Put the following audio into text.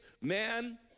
man